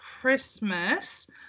Christmas